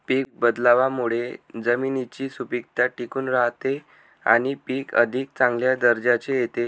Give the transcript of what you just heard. पीक बदलावामुळे जमिनीची सुपीकता टिकून राहते आणि पीक अधिक चांगल्या दर्जाचे येते